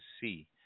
see